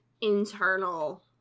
internal